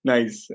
Nice